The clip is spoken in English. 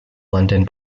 london